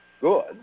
good